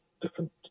different